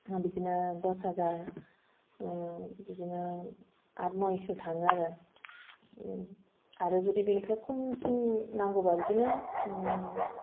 बिदिनो दस हाजार बिदिनो आठ नयसो थाङो आरो आरो जुदि बेनिफ्राय खमसिन नांगौब्ला बिदिनो